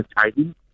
Titan